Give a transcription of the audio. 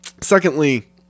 secondly